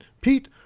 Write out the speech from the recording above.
Pete